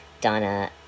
Donna